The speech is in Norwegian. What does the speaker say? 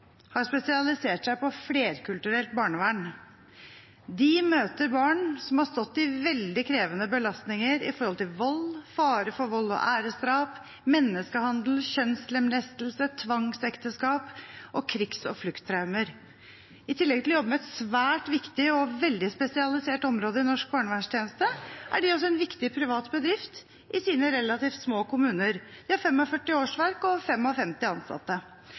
har spesialisert seg på flerkulturelt barnevern. De møter barn som har stått i veldig krevende belastninger med tanke på vold, fare for vold og æresdrap, menneskehandel, kjønnslemlestelse, tvangsekteskap og krigs- og flukttraumer. I tillegg til å jobbe med et svært viktig og veldig spesialisert område i norsk barnevernstjeneste, er de en viktig privat bedrift i sine relativt små kommuner. De har 45 årsverk og 55 ansatte.